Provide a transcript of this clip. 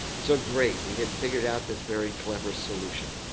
so great. we had figured out this very clever solution.